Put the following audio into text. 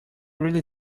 really